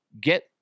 get